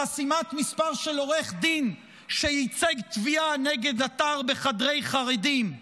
חסימת מספר של עורך דין שייצג תביעה נגד אתר בחדרי חרדים,